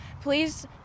Please